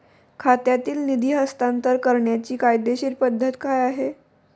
खात्यातील निधी हस्तांतर करण्याची कायदेशीर पद्धत काय आहे?